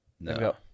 No